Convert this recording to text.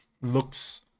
looks